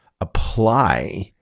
apply